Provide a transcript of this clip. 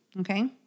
okay